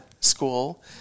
school